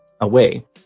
away